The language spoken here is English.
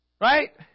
Right